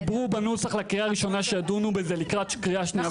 דיברו בנוסח לקריאה ראשונה שידונו לזה לקראת קריאה שנייה ושלישית.